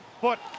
Foot